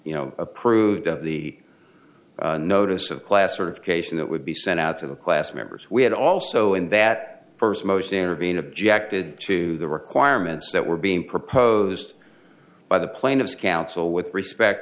you know approved of the notice of class sort of creation that would be sent out to the class members we had also in that first motion intervene objected to the requirements that were being proposed by the plaintiff's counsel with respect